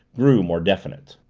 grew more definite.